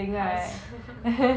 好吃